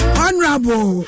honorable